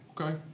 Okay